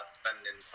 spending